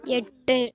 எட்டு